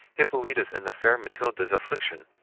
hippolita's, and the fair matilda's affliction.